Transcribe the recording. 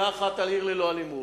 מלה אחת על "עיר ללא אלימות".